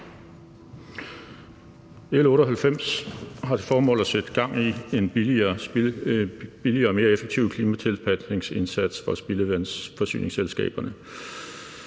L 98 har til formål at sætte gang i en billigere og mere effektiv klimatilpasningsindsats for spildevandsforsyningsselskaberne.